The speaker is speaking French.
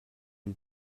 une